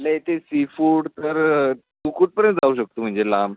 आपल्या इथे seafood तर तू कुठपर्यंत जाऊ शकतो म्हणजे लांब